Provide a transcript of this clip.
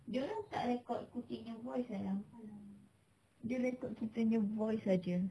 dia orang tak record kucing punya voice sayang dia record kita punya voice aje